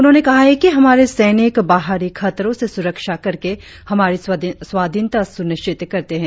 उन्होंने कहा है कि हमारे सैनिक बाहरी खतरों से सुरक्षा करके हमारी स्वाधीनता सुनिश्चित करते है